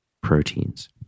proteins